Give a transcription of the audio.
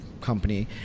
company